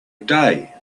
day